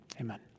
Amen